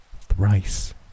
Thrice